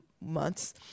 months